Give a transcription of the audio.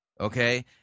okay